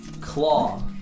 claw